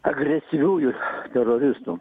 agresyviųjų teroristų